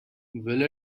will